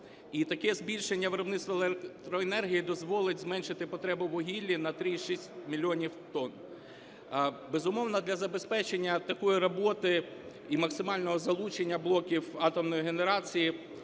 І таке збільшення виробництва електроенергії дозволить зменшити потребу у вугіллі на 3,6 мільйона тонн. Безумовно, для забезпечення такої роботи і максимального залучення блоків атомної генерації